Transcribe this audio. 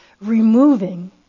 removing